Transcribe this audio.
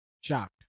Shocked